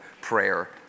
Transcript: prayer